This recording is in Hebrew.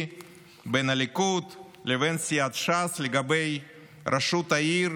בין הליכוד לבין סיעת ש"ס לגבי ראשות העיר